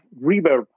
reverb